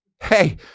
hey